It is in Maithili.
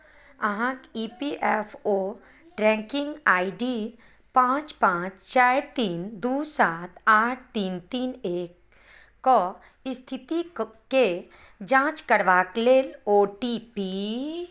अहाँक E P F O tracking I D पाँच पाँच चारि तीन दू सात आठ तीन तीन एकक स्थितिके जाँच करबाक लेल ओ टी पी